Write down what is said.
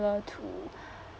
to